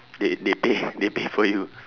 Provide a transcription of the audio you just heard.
they they pay they pay for you